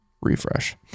refresh